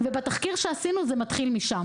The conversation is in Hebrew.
ובתחקיר שעשינו זה מתחיל משם.